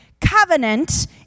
Covenant